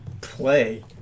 play